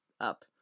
up